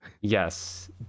Yes